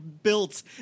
built